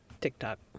TikTok